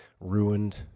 ruined